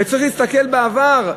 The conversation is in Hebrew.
וצריך להסתכל לעבר,